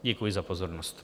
Děkuji za pozornost.